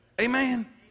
Amen